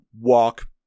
walk